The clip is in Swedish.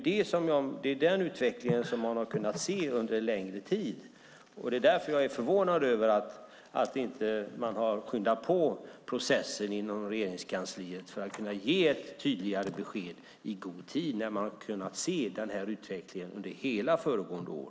Det är den utvecklingen man har kunnat se under en längre tid, och jag är förvånad över att man inte har skyndat på processen inom Regeringskansliet för att kunna ge tydligare besked i god tid när man har kunnat se den här utvecklingen under hela föregående år.